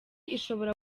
ishobora